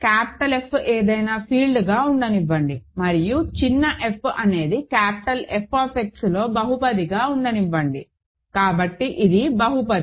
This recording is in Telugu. క్యాపిటల్ F ఏదైనా ఫీల్డ్గా ఉండనివ్వండి మరియు చిన్న f అనేది క్యాపిటల్ F X లో బహుపదిగా ఉండనివ్వండి కాబట్టి ఇది బహుపది